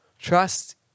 Trust